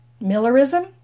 Millerism